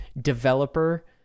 developer